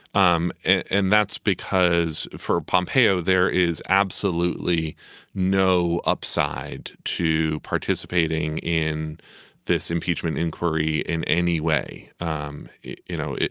um and and that's because for pompeo, there is absolutely no upside to participating in this impeachment inquiry in any way um you know,